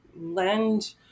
lend